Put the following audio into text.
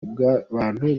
bw’abantu